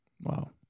Wow